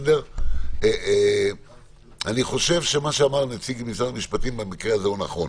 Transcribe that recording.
אני חושב שמה שאמר נציג משרד המשפטים במקרה הזה הוא נכון.